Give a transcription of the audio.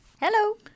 Hello